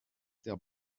der